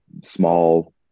small